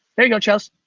there you go chels.